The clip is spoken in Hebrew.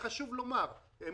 חשוב לומר את זה,